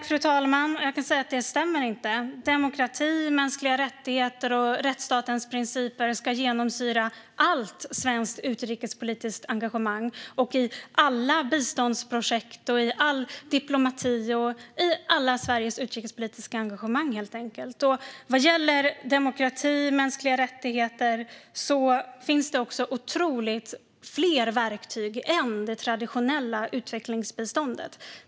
Fru talman! Det stämmer inte. Demokrati, mänskliga rättigheter och rättsstatens principer ska genomsyra allt svenskt utrikespolitiskt engagemang, alla biståndsprojekt och all diplomati. Det gäller alla Sveriges utrikespolitiska engagemang, helt enkelt. Vad gäller demokrati och mänskliga rättigheter finns det otroligt många fler verktyg än det traditionella utvecklingsbiståndet.